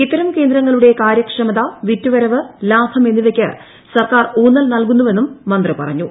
ഇത്തരം കേന്ദ്രങ്ങളുടെ കാര്യക്ഷമത വിറ്റുവരവ് ലാഭം എന്നിവയ്ക്ക് സർക്കാർ ഉൌന്നൽ നൽകുന്നുവെന്നും മന്ത്രി പറഞ്ഞു